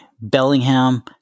Bellingham